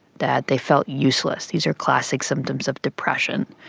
that they felt useless. these are classic symptoms of depression.